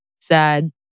sad